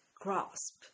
grasp